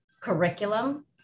curriculum